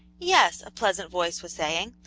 yes, a pleasant voice was saying,